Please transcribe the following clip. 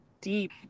deep